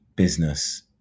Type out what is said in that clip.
Business